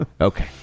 Okay